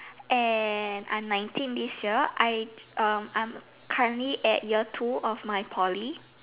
and I'm nineteen this year I'd um I'm currently at year two of my Poly